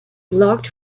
blocked